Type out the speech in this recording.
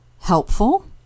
helpful